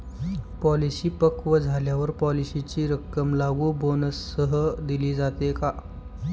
Policy पक्व झाल्यावर पॉलिसीची रक्कम लागू बोनससह दिली जाते का?